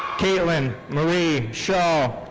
kaitlyn marie schaul.